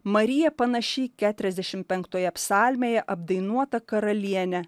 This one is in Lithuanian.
marija panaši į keturiasdešimt penktoje psalmėje apdainuotą karalienę